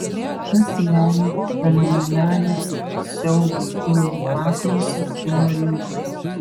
kas lemia fenomenalią siaubo filmų paklausą kino rinkoje